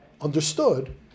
understood